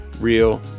real